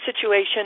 situation